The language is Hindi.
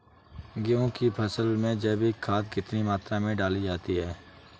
गेहूँ की फसल में जैविक खाद कितनी मात्रा में डाली जाती है?